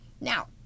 Now